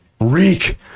reek